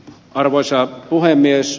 arvoisa puhemies